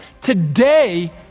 today